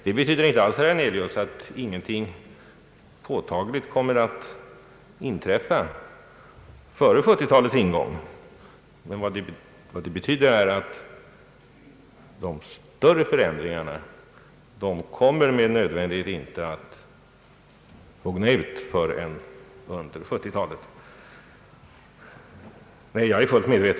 Det betyder inte alls, herr Hernelius, att ingenting påtagligt kommer att inträffa före 1970-talets ingång. Det betyder endast att de större förändringarna med nödvändighet kommer att mogna ut först under 1970-talet.